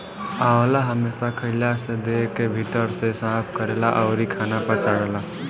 आंवला हमेशा खइला से देह के भीतर से साफ़ करेला अउरी खाना पचावेला